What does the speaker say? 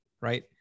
right